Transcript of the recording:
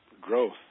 Growth